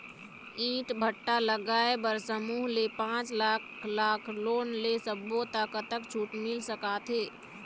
ईंट भट्ठा लगाए बर समूह ले पांच लाख लाख़ लोन ले सब्बो ता कतक छूट मिल सका थे?